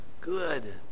good